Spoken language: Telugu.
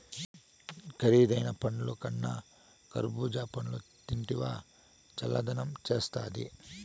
కరీదైన పండ్లకన్నా కర్బూజా పండ్లు తింటివా చల్లదనం చేస్తాది